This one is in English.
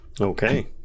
Okay